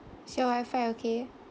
is your WIFI okay